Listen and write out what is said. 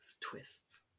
twists